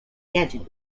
gadget